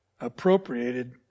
appropriated